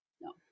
no